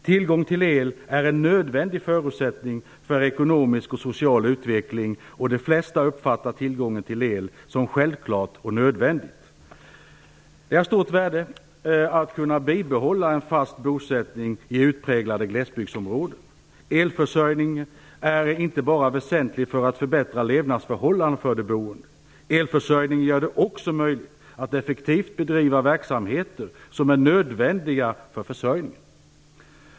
Tillgång till el är en nödvändig förutsättning för ekonomisk och social utveckling, och de flesta uppfattar tillgången till el som självklar och nödvändig. Det är av stort värde att kunna behålla en fast bosättning i utpräglade glesbygdsområden. Elförsörjningen är inte bara väsentlig för att förbättra levnadsförhållandena för de boende; den gör det också möjligt att effektivt bedriva verksamheter som är nödvändiga för försörjningen.